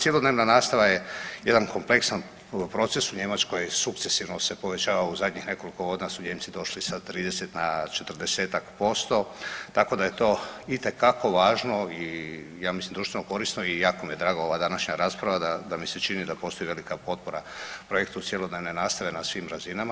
Cjelodnevna nastava je jedan kompleksan proces u Njemačkoj sukcesivno se povećava u zadnjih nekoliko godina su Nijemci došli sa 30 na 40-ak posto tako da je to itekako važno i ja mislim društveno korisno i jako mi je drago ova današnja rasprava da mi se čini da postoji velika potpora projektu cjelodnevne nastave na svim razinama.